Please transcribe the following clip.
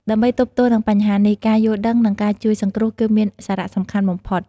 ដើម្បីទប់ទល់នឹងបញ្ហានេះ ការយល់ដឹង និងការជួយសង្គ្រោះគឺមានសារៈសំខាន់បំផុត។